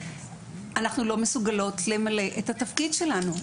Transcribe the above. אנחנו לא מסוגלות למלא את התפקיד שלנו,